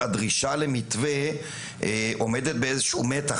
הדרישה למתווה עומדת באיזשהו מתח,